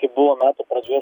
kai buvo metų pradžioje